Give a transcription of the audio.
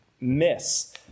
miss